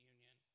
Union